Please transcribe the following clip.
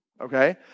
Okay